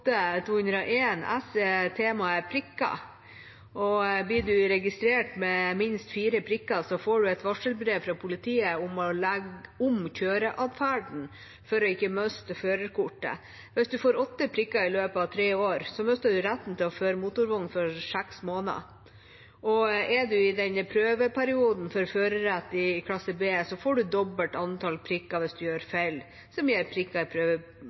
S er temaet prikker. Blir man registrert med minst fire prikker, får man et varselbrev fra politiet om å legge om kjøreatferden for ikke å miste førerkortet. Får man åtte prikker i løpet av tre år, mister man retten til å føre motorvogn for 6 måneder. Og er man i den prøveperioden for førerretten i klasse B, får man dobbelt antall prikker hvis man gjør feil som gir prikker i